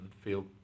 feel